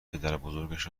پدربزرگش